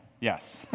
Yes